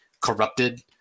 corrupted